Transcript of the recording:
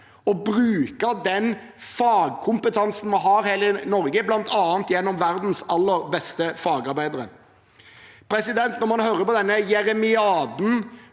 og bruke den fagkompetansen vi har her i Norge, bl.a. gjennom verdens aller beste fagarbeidere. Når man hører på denne jeremiaden